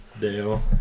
Dale